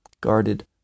guarded